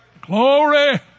Glory